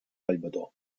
collbató